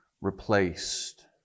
replaced